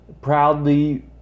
proudly